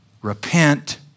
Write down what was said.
Repent